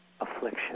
affliction